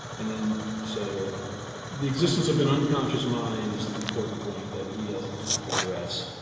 and then so the existence of an unconscious mind is an important point that he doesn't address,